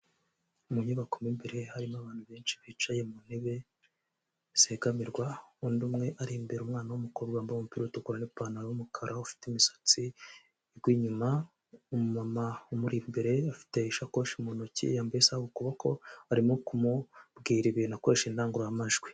Mu nyubako y'imbere harimo abantu benshi bicaye mu ntebe zegamirwa, undi umwe ari imbere umwana w'umukobwa wambaye umupira utukura n'ipantaro y'umukara, ufite imisatsi igwa inyuma, umumama umuri imbere afite isakoshi mu ntoki yambaye isaha ku kuboko arimo kumubwira ibintu akoresheje indangururamajwi.